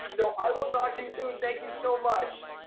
so i will talk to you soon thank you so much!